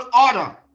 order